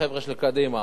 החבר'ה של קדימה.